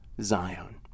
Zion